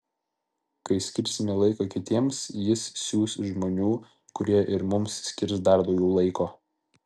kai skirsime laiko kitiems jis siųs žmonių kurie ir mums skirs dar daugiau laiko